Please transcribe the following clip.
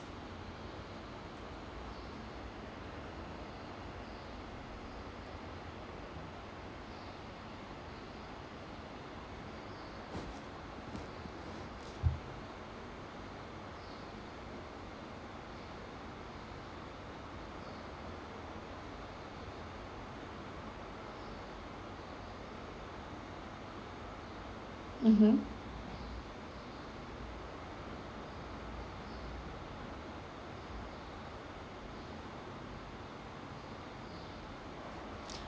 mmhmm